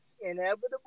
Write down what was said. inevitable